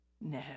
No